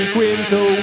Quinto